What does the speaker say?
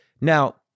now